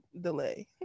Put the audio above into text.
delay